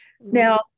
Now